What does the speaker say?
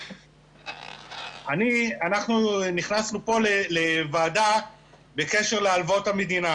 אנחנו נכנסנו פה לוועדה בקשר להלוואות המדינה.